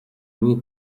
mean